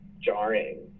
jarring